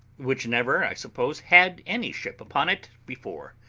which never, i suppose, had any ship upon it before.